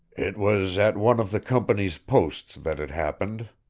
it was at one of the company's posts that it happened,